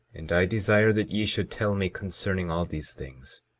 and i desire that ye should tell me concerning all these things,